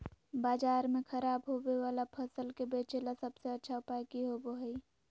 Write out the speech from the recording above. बाजार में खराब होबे वाला फसल के बेचे ला सबसे अच्छा उपाय की होबो हइ?